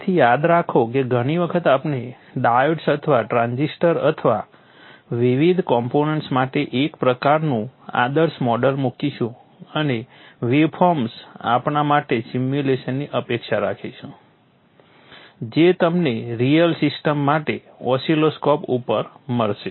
તેથી યાદ રાખો કે ઘણી વખત આપણે ડાયોડ્સ અથવા ટ્રાન્ઝિસ્ટર અથવા વિવિધ કોમ્પોનન્ટ્સ માટે એક પ્રકારનું આદર્શ મોડેલ મૂકીશું અને વેવફોર્મ્સ આપવા માટે સિમ્યુલેશનની અપેક્ષા રાખીશું જે તમને રિઅલ સિસ્ટમ માટે ઓસિલોસ્કોપ ઉપર મળશે